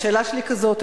השאלה שלי כזאת.